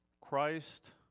Christ